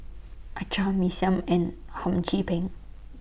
Acar Mee Siam and Hum Chim Peng